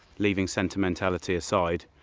leaving sentimentality aside,